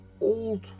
old